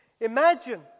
Imagine